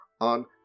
on